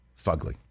fugly